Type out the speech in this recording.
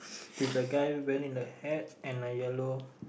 with the guy wearing the hat and a yellow